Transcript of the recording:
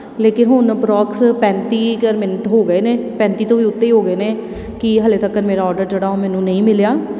ਲੇਕਿਨ ਹੁਣ ਅਪਰੋਕਸ ਪੈਂਤੀ ਕੁ ਮਿੰਟ ਹੋ ਗਏ ਨੇ ਪੈਂਤੀ ਤੋਂ ਵੀ ਉੱਤੇ ਹੀ ਹੋ ਗਏ ਨੇ ਕਿ ਹਾਲੇ ਤੱਕਰ ਮੇਰਾ ਔਡਰ ਜਿਹੜਾ ਉਹ ਮੈਨੂੰ ਨਹੀਂ ਮਿਲਿਆ